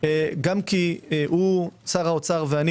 גם כי שר האוצר ואני